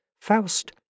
Faust